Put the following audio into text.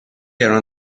erano